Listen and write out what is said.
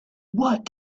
what